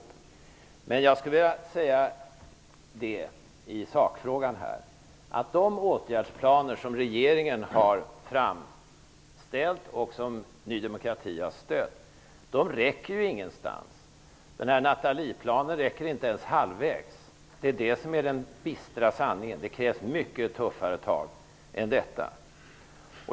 I sakfrågan skulle jag vilja säga att de åtgärdsplaner som regeringen har framställt, och som Ny demokrati har stött, inte räcker någonstans. Nathalieplanen räcker inte ens halvvägs. Det är det som är den bistra sanningen. Det krävs mycket tuffare tag än detta.